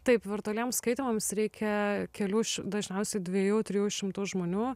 taip virtualiems skaitymams reikia kelių dažniausiai dviejų trijų šimtų žmonių